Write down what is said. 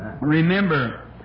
remember